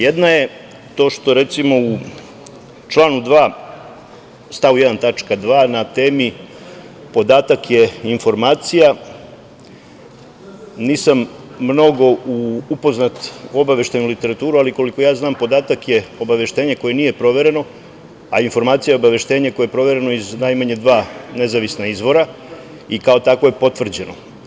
Jedna je to što, recimo, u članu 2. stav 1. tačka 2. na temi – podatak je informacija, nisam mnogo upoznat obaveštajnom literaturom, ali koliko ja znam, podatak je obaveštenje koje nije provereno, a informacija je obaveštenje koje je provereno iz najmanje dva nezavisna izvora i kao takvo je potvrđeno.